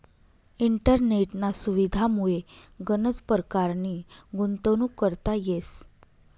इंटरनेटना सुविधामुये गनच परकारनी गुंतवणूक करता येस